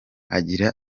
agira